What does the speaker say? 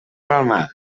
palmar